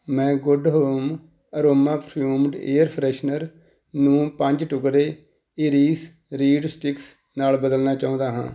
ਮੈਂ good home aroma perfumed air freshener ਨੂੰ ਪੰਜ ਟੁਕੜੇ ਇਰੀਸ ਰੀਡ ਸਟਿਕਸ ਨਾਲ ਬਦਲਣਾ ਚਾਹੁੰਦਾ ਹਾਂ